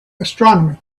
astronomy